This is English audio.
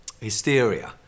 Hysteria